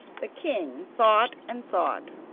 the king thought and thought,